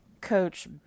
coach